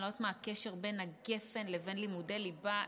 אני לא יודעת מה הקשר בין הגפ"ן לבין לימודי ליבה.